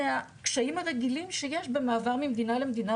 מהקשיים הרגילים שיש במעבר ממדינה למדינה.